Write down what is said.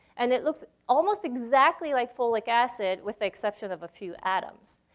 and it looks almost exactly like folic acid, with the exception of a few atoms.